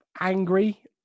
angry